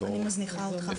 אני מזניחה אותך.